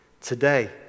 today